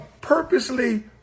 purposely